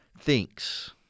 thinks